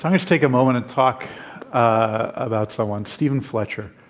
kind of to take a moment to talk about someone steven fletcher.